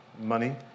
money